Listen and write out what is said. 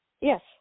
Yes